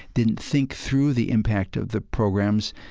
didn't think through the impact of the programs,